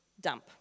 dump